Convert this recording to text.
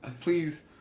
please